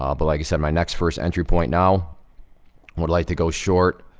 um but, like i said, my next first entry point now would like to go short,